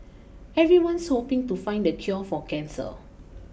everyone's hoping to find the cure for cancer